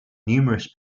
numerous